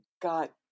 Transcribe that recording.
got